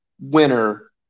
winner